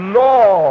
law